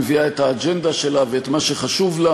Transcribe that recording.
מביאה את האג'נדה שלה ואת מה שחשוב לה,